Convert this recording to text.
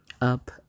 up